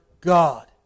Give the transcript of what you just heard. God